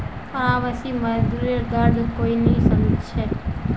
प्रवासी मजदूरेर दर्द कोई नी समझे छे